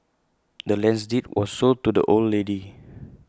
the land's deed was sold to the old lady